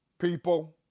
people